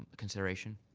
ah consideration?